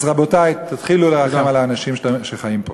אז, רבותי, תתחילו לרחם על האנשים שחיים פה.